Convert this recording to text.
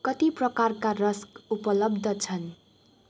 कति प्रकारका रस्क उपलब्ध छन्